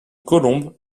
colombe